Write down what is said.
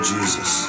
Jesus